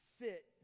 sit